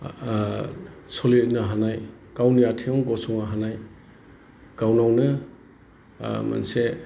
सोलिनो हानाय गावनि आथिङाव गसंनो हानाय गावनावनो मोनसे